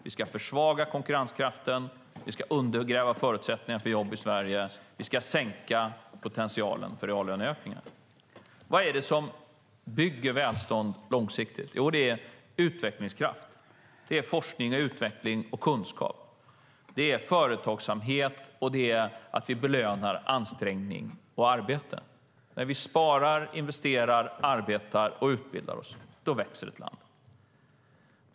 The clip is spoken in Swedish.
Vi ska försvaga konkurrenskraften, vi ska undergräva förutsättningarna för jobb i Sverige och vi ska sänka potentialen för reallöneökningar. Vad är det som bygger välstånd långsiktigt? Det är utvecklingskraft, forskning och utveckling, kunskap och företagsamhet. Det är också att vi belönar ansträngning och arbete. När vi sparar, investerar, arbetar och utbildar oss växer ett land.